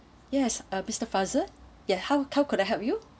yes uh mister faisal ya how how could I help you